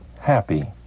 happy